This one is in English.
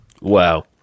Wow